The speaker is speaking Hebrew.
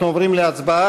אנחנו עוברים להצבעה.